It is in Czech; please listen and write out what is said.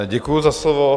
Děkuji za slovo.